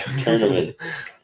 Tournament